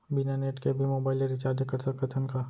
बिना नेट के भी मोबाइल ले रिचार्ज कर सकत हन का?